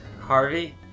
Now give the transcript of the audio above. Harvey